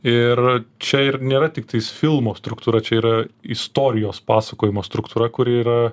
ir čia ir nėra tiktais filmo struktūra čia yra istorijos pasakojimo struktūra kuri yra